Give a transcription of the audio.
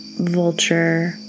vulture